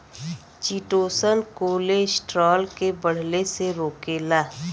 chitosan cholesterol के बढ़ले से रोकेला